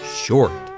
short